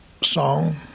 song